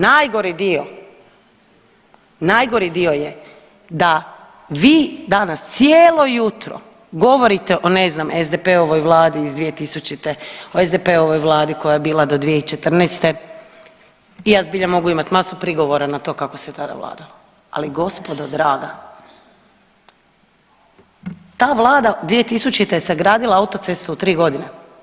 Najgori dio, najgori dio je da vi danas cijelo jutro govorite o ne znam SDP-ovoj vladi iz 2000., o SDP-ovoj vladi koja je bila do 2014. i ja zbilja mogu imati masu prigovora na to kako se tada vladalo, ali gospodo draga, ta vlada 2000. je sagradila autocestu u tri godine.